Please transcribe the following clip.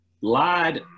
lied